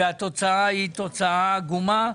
והתוצאה היא תוצאה עגומה.